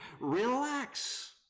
Relax